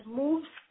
moves